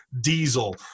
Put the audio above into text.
Diesel